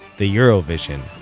the eurovision.